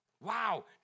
Wow